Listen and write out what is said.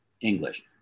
English